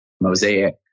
Mosaic